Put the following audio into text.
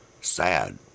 Sad